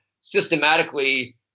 systematically